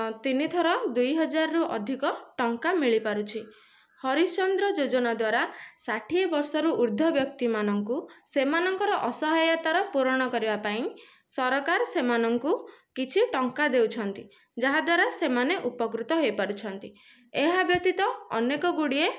ତିନି ଥର ଦୁଇହଜାର ରୁ ଅଧିକ ଟଙ୍କା ମିଳିପାରୁଛି ହରିଶ୍ଚନ୍ଦ୍ର ଯୋଜନା ଦ୍ୱାରା ଷାଠିଏ ବର୍ଷ ରୁ ଉର୍ଦ୍ଧ ବ୍ୟକ୍ତି ମାନଙ୍କୁ ସେମାନଙ୍କର ଅସହାୟତାର ପୁରଣ କରିବା ପାଇଁ ସରକାର ସେମାନଙ୍କୁ କିଛି ଟଙ୍କା ଦେଉଛନ୍ତି ଯାହାଦ୍ୱାରା ସେମାନେ ଉପକୃତ ହୋଇପାରୁଛନ୍ତି ଏହା ବ୍ୟତୀତ ଅନେକ ଗୁଡ଼ିଏ